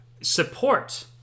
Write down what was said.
support